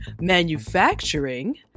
manufacturing